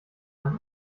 eine